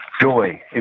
joy